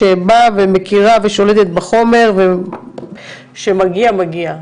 שבאה ומכירה ושולטת בחומר ושמגיע מגיע,